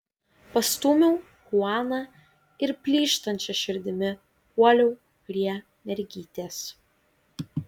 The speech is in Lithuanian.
pastūmiau chuaną ir plyštančia širdimi puoliau prie mergytės